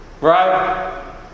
Right